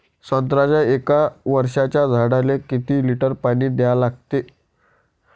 संत्र्याच्या एक वर्षाच्या झाडाले किती लिटर पाणी द्या लागते?